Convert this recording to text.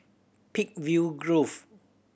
Peakville Grove